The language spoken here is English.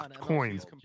coins